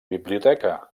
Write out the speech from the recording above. biblioteca